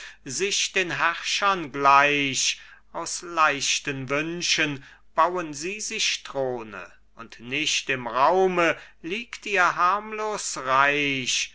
sich den herrschern gleich aus leichten wünschen bauen sie sich throne und nicht im raume liegt ihr harmlos reich